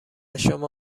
شما